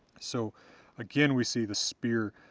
so again we see the spear,